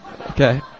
Okay